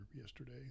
yesterday